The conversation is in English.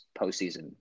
postseason